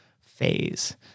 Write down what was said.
phase